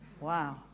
Wow